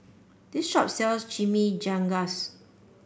this shop sells Chimichangas